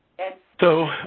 and so,